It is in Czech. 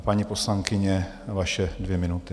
Paní poslankyně, vaše dvě minuty.